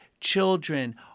children